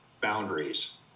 boundaries